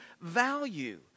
value